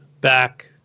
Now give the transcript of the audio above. back